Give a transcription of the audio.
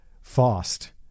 fast